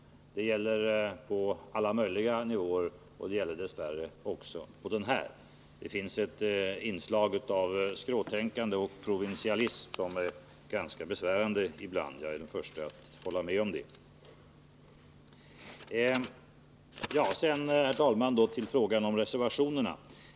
Detta gäller på alla möjliga nivåer och dess värre också på den här. Det finns ett inslag av skråtänkande och provinsialism som är ganska besvärande ibland. Jag är den förste att hålla med om det. Herr talman! Sedan till frågan om reservationerna.